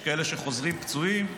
יש כאלה שחוזרים פצועים,